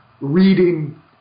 reading